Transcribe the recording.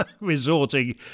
resorting